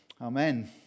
Amen